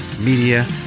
media